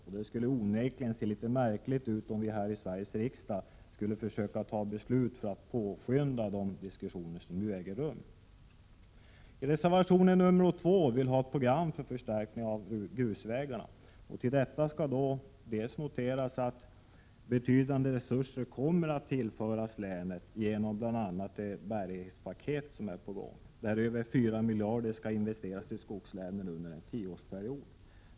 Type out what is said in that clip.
Och det skulle onekligen se litet märkligt ut om vi här i Sveriges riksdag skulle fatta beslut för att försöka påskynda de diskussioner som nu pågår. I reservation 2 krävs ett program för förstärkning av grusvägarna. Det kan då noteras att betydande resurser kommer att tillföras länet genom bl.a. det bärighetspaket där över 4 miljarder skall investeras i skogslänen under en 145 tioårsperiod.